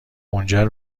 منجر